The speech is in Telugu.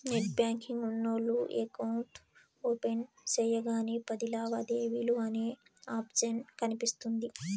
నెట్ బ్యాంకింగ్ ఉన్నోల్లు ఎకౌంట్ ఓపెన్ సెయ్యగానే పది లావాదేవీలు అనే ఆప్షన్ కనిపిస్తుంది